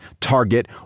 Target